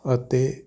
ਅਤੇ